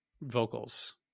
vocals